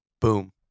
Boom